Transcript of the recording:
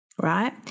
right